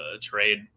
trade